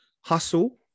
Hustle